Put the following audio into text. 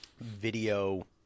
video